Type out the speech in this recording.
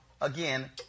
again